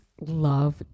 love